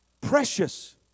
Precious